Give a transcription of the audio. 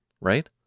right